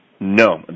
No